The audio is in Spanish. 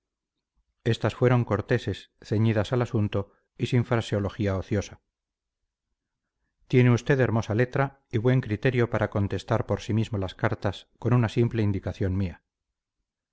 estas fueron corteses ceñidas al asunto y sin fraseología ociosa tiene usted hermosa letra y buen criterio para contestar por sí mismo las cartas con una simple indicación mía